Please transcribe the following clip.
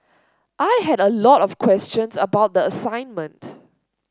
I had a lot of questions about the assignment